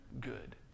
good